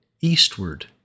eastward